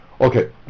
Okay